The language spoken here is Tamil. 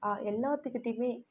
எல்லாத்துக்கிட்டியும்